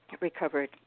recovered